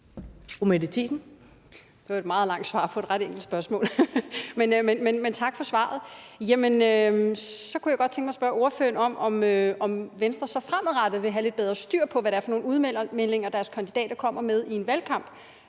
Det var et meget langt svar på et ret enkelt spørgsmål. Men tak for svaret. Så kunne jeg godt tænke mig at spørge ordføreren, om Venstre så fremadrettet vil have lidt bedre styr på, hvad det er for nogle udmeldinger, deres kandidater kommer med i en valgkamp,